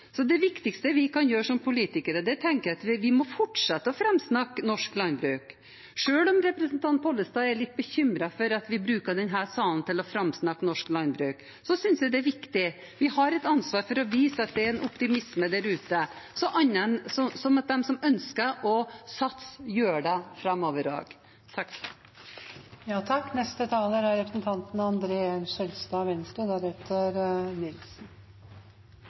det viktigste vi kan gjøre som politikere, er at vi må fortsette med å framsnakke norsk landbruk. Selv om representanten Pollestad er litt bekymret for at vi bruker denne salen til å framsnakke norsk landbruk, synes jeg det er viktig. Vi har et ansvar for å vise at det er en optimisme der ute, sånn at de som ønsker å satse, også gjør det framover. Ja, det er viktig å ha landbruk i hele landet. Jeg er